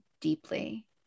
deeply